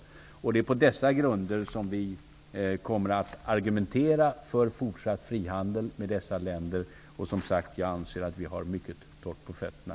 Det är på dessa grunder som vi kommer att argumentera för en fortsatt frihandel med dessa länder. Jag anser, som sagt, att vi har mycket torrt på fötterna.